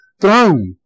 throne